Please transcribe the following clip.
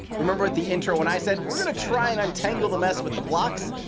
remember at the intro when i said we're going to try and untangle the mess with the blocks?